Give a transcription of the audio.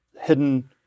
hidden